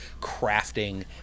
crafting